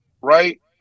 right